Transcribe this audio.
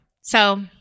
So-